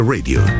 Radio